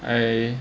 I